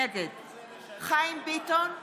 נגד חיים ביטון,